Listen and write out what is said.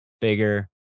bigger